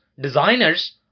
designers